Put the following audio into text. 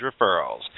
referrals